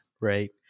right